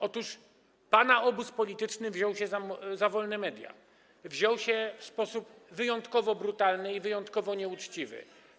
Otóż pana obóz polityczny wziął się za wolne media, wziął się w sposób wyjątkowo brutalny i wyjątkowo nieuczciwy.